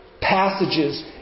passages